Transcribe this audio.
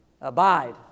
Abide